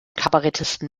kabarettisten